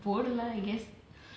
போடலாம்:podalaam I guess